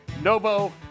Novo